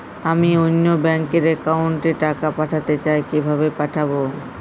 আমি অন্য ব্যাংক র অ্যাকাউন্ট এ টাকা পাঠাতে চাই কিভাবে পাঠাবো?